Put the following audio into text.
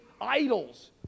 idols